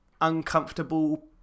uncomfortable